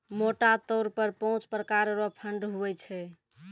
मोटा तौर पर पाँच प्रकार रो फंड हुवै छै